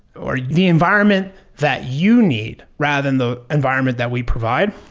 or the environment that you need rather than the environment that we provide,